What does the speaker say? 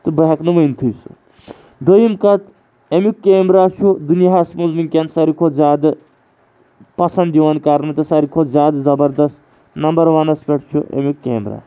تہٕ بہٕ ہٮ۪کہٕ نہٕ ؤنتھٕے سُہ دوٚیِم کَتھ اَمیُک کیمرا چھُ دُنیاہس منٛز وُںکٮ۪ن ساروٕے کھۄتہٕ زیادٕ پَسنٛد یِوان کَرنہٕ تہٕ ساروٕے کھۄتہٕ زیادٕ زَبردس نمبر وَنَس پٮ۪ٹھ چھُ اَمیُٚک کیمرا